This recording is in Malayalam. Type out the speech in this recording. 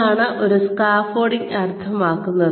എന്താണ് ഒരു സ്കാഫോൾഡിംഗ് അർത്ഥമാക്കുന്നത്